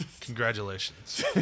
Congratulations